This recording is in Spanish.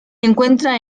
encuentra